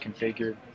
configured